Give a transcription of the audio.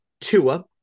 Tua